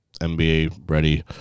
NBA-ready